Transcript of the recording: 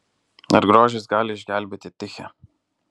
ar grožis gali išgelbėti tichę